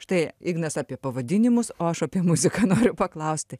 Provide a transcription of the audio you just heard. štai ignas apie pavadinimus o aš apie muziką noriu paklausti